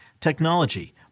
technology